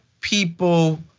people